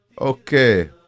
Okay